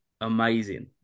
amazing